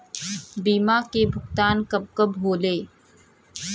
बीमा के भुगतान कब कब होले?